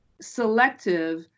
selective